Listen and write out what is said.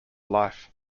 life